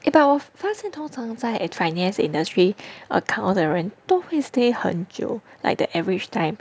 eh but 我发现通常在 at finance industry account 的人都会 stay 很久 like the average time